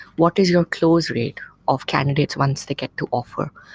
what is your close rate of candidates once they get to offer?